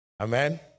Amen